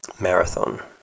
Marathon